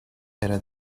era